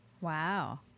Wow